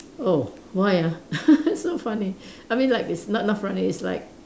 oh why ah so funny I mean like it's not not funny it's like